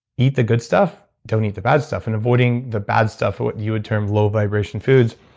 eat the good stuff, don't eat the bad stuff. and avoiding the bad stuff, what you would term low-vibration foods,